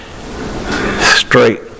straight